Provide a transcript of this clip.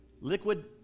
Liquid